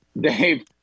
Dave